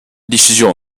第十九